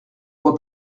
vois